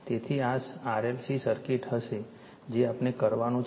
તેથી આ RLC circuit હશે જે આપણે કરવાનું છે